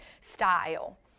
style